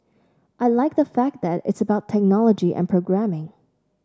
I like the fact that it's about technology and programming